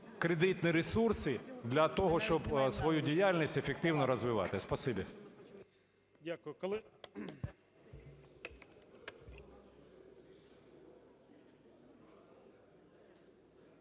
кредитні ресурси для того, щоб свою діяльність ефективно розвивати?